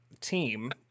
team